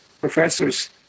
professors